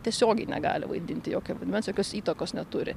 tiesiogiai negali vaidinti jokio vaidmens jokios įtakos neturi